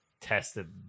tested